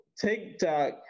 TikTok